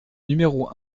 numéro